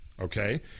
okay